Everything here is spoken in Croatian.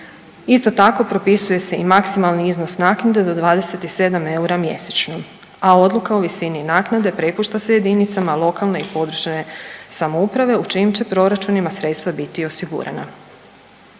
Isto tako, propisuje se i maksimalni iznos naknade do 27 eura mjesečno, a odluka o visini naknade prepušta se jedinicama lokalne i područne samouprave u čijim će proračunima sredstva biti osigurana.